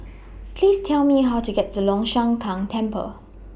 Please Tell Me How to get to Long Shan Tang Temple